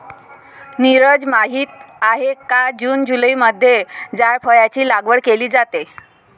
नीरज माहित आहे का जून जुलैमध्ये जायफळाची लागवड केली जाते